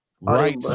Right